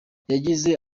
yagize